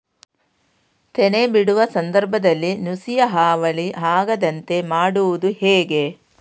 ತೆನೆ ಬಿಡುವ ಸಂದರ್ಭದಲ್ಲಿ ನುಸಿಯ ಹಾವಳಿ ಆಗದಂತೆ ಮಾಡುವುದು ಹೇಗೆ?